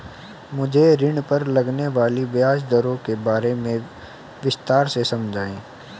मुझे ऋण पर लगने वाली ब्याज दरों के बारे में विस्तार से समझाएं